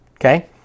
Okay